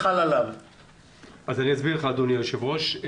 אסביר לך, אדוני היושב-ראש.